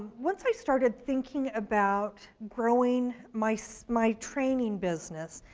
once i started thinking about growing my so my training business,